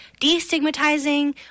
destigmatizing